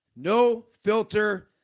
nofilter